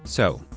so,